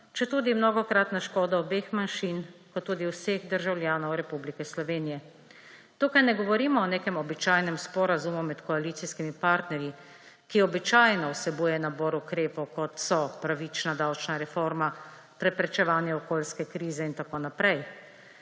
četudi mnogokrat na škoda obeh manjših kot tudi vseh državljanov Republike Slovenije. Tukaj ne govorimo o nekem običajnem sporazumu med koalicijskimi partnerji, ki običajno vsebuje nabor ukrepov, kot so pravična davčna reforma, preprečevanje okoljske krize in tako naprej.